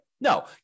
No